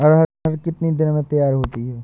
अरहर कितनी दिन में तैयार होती है?